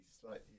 slightly